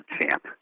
champ